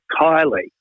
Kylie